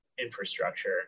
infrastructure